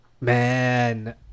Man